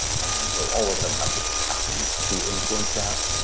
and so all of them have the capacity to influence that,